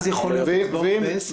ואז יכולים הצבעות ב-10:00?